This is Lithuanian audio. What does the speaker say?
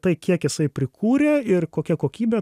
tai kiek jisai prikūrė ir kokia kokybė